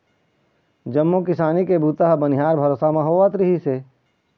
जम्मो किसानी के बूता ह बनिहार भरोसा म होवत रिहिस हे